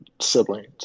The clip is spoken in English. siblings